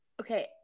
Okay